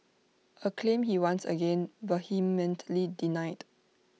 A claim he once again vehemently denied